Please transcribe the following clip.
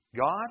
God